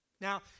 Now